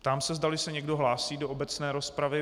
Ptám se, zdali se někdo hlásí do obecné rozpravy.